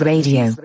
Radio